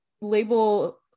label